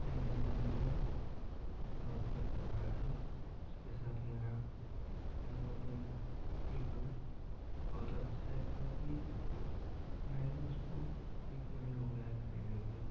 दैनिक जीवन में बहुत ही अच्छा रहा है उसके साथ मेरा अनुभव भी बिल्कुल बहुत अच्छा है क्योंकि मैंने उसको एक महीने हो गया है उसको खरीदे हुए